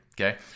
okay